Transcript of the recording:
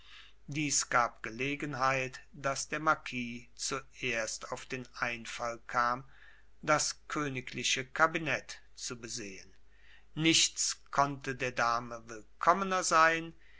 dies gab gelegenheit daß der marquis zuerst auf den einfall kam das königliche kabinett zu besehen nichts konnte der dame willkommener sein